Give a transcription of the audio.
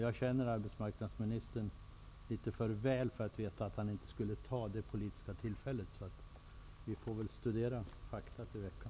Jag känner arbetsmarknadsministern litet för väl för att veta att han inte skulle utnyttja det politiska tillfället. Men vi får väl studera fakta i veckan.